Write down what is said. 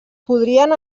podrien